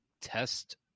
test